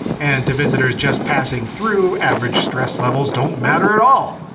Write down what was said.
and to visitors just passing through, average stress levels don't matter at all,